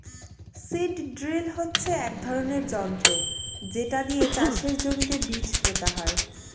seed drill হচ্ছে এক ধরনের যন্ত্র যেটা দিয়ে চাষের জমিতে বীজ পোতা হয়